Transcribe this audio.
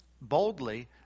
boldly